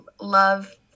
love